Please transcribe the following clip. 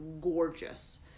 gorgeous